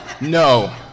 No